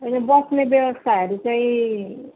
ए बस्ने व्यवस्थाहरू चाहिँ